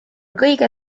kõige